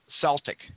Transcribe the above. Celtic